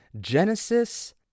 Genesis